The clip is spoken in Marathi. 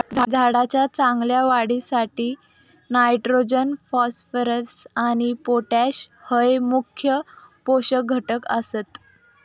झाडाच्या चांगल्या वाढीसाठी नायट्रोजन, फॉस्फरस आणि पोटॅश हये मुख्य पोषक घटक आसत